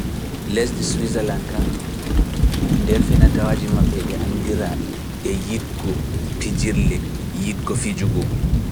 Lesdi Suisalande kaan nder finatawaji maɓɓe ɓe anndira e yiɗgo fijirle yiɗgo fijugo.